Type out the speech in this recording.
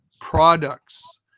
products